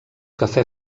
cafè